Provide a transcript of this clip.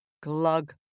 glug